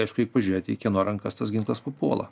aišku reik pažiūrėti į kieno rankas tas ginklas papuola